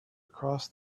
across